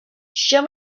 show